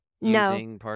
No